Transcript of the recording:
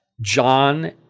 John